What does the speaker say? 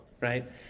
right